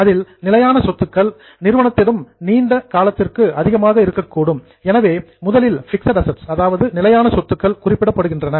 அதில் நிலையான சொத்துக்கள் நிறுவனத்துடன் நீண்ட காலத்திற்கு அதிகமாக இருக்கக்கூடும் எனவே முதலில் பிக்ஸட் அசெட்ஸ் நிலையான சொத்துக்கள் குறிப்பிடப்படுகின்றன